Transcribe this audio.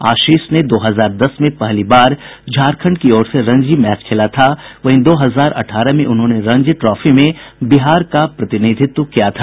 आशीष ने दो हजार दस में पहली बार झारखंड की ओर से रणजी मैच खेला था वहीं दो हजार अठारह में उन्होंने रणजी ट्रॉफी में बिहार का प्रतिनिधित्व किया था